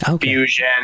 fusion